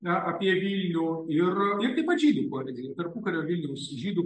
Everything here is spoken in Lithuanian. na apie vilnių ir taip pat žydų poezijoje tarpukario vilniaus žydų